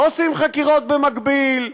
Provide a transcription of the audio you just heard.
לא עושים חקירות במקביל,